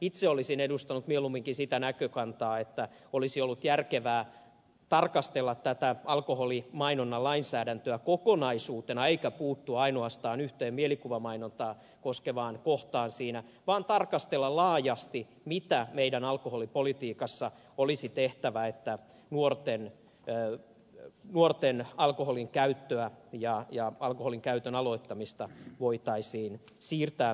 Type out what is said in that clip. itse olisin edustanut mieluumminkin sitä näkökantaa että olisi ollut järkevää tarkastella tätä alkoholimainonnan lainsäädäntöä kokonaisuutena eikä puuttua ainoastaan yhteen mielikuvamainontaa koskevaan kohtaan siinä vaan tarkastella laajasti mitä meidän alkoholipolitiikassamme olisi tehtävä että nuorten alkoholinkäyttöä ja alkoholinkäytön aloittamista voitaisiin siirtää myöhemmäksi